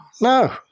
No